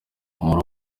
muri